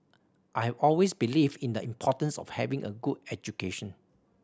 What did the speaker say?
I have always believed in the importance of having a good education